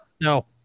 No